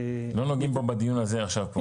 -- לא נוגעים בו בדיון הזה עכשיו.